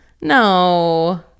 No